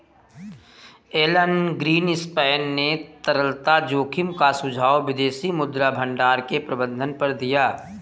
Elon Greenspan ने तरलता जोखिम का सुझाव विदेशी मुद्रा भंडार के प्रबंधन पर दिया